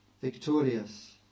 victorious